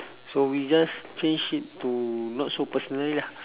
so we just change it to not so personal ah